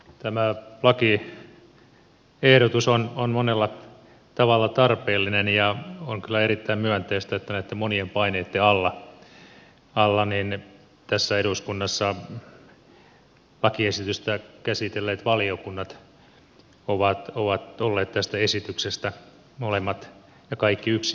tämä lakiehdotus on monella tavalla tarpeellinen ja on kyllä erittäin myönteistä että näitten monien paineitten alla tässä eduskunnassa lakiesitystä käsitelleet molemmat valiokunnat ja kaikki ovat olleet tästä esityksestä yksimielisiä